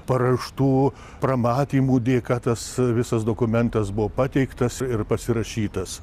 paraštų pramatymų dėka tas visas dokumentas buvo pateiktas ir pasirašytas